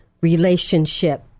relationship